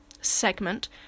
segment